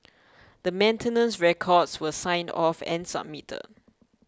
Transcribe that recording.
the maintenance records were signed off and submitted